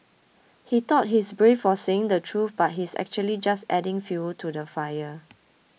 he thought he's brave for saying the truth but he's actually just adding fuel to the fire